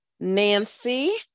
Nancy